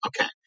okay